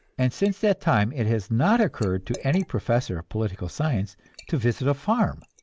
and since that time it has not occurred to any professor of political science to visit a farm.